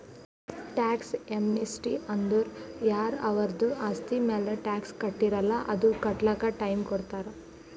tax amnesty ಅಂದುರ್ ಯಾರ ಅವರ್ದು ಆಸ್ತಿ ಮ್ಯಾಲ ಟ್ಯಾಕ್ಸ್ ಕಟ್ಟಿರಲ್ಲ್ ಅದು ಕಟ್ಲಕ್ ಟೈಮ್ ಕೊಡ್ತಾರ್